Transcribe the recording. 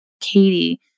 Katie